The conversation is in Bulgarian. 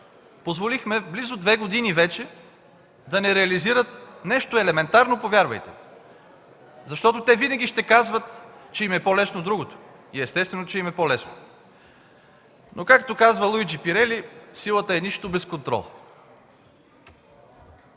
позволихме близо две години вече да не реализират нещо елементарно, повярвайте! Защото те винаги ще казват, че им е по-лесно другото. И естествено, че им е по-лесно. Но, както казва Луиджи Перели, силата е нищо без контрол.